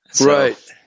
Right